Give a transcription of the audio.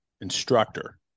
instructor